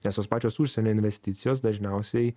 nes tos pačios užsienio investicijos dažniausiai